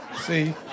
See